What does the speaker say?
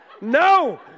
no